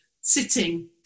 sitting